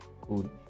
cool